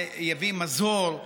זה יביא מזור,